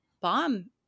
bomb